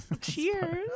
Cheers